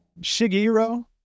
Shigeru